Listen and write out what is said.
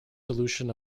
solution